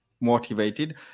motivated